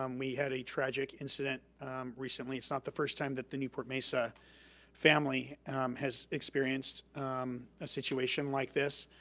um we had a tragic incident recently. it's not the first time that the newport mesa family has experienced a situation like this.